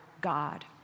God